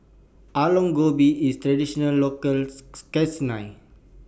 Aloo Gobi IS Traditional Local